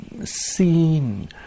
seen